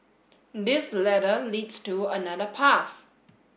this ladder leads to another path